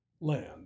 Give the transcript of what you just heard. land